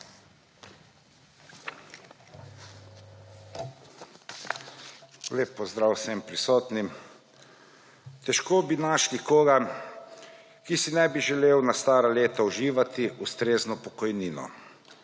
Lep pozdrav vsem prisotnim. Težko bi našli koga, ki si ne bi želel na stara leta uživati ustrezno pokojnino.